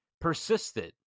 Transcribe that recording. persisted